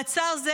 מעצר זה,